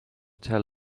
tell